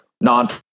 non